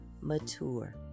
mature